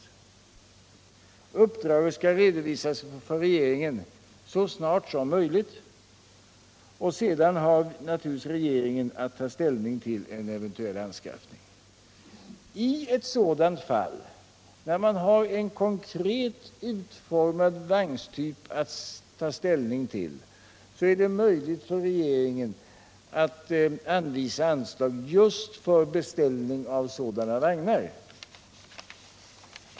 Det uppdraget skall redovisas för regeringen så snart som möjligt, och sedan har regeringen att ta ställning till eventuell anskaffning. I sådant fall där man har en konkret utformad vagntyp att ta ställning till är det möjligt för regeringen att anvisa anslag för beställning av dylika vagnar.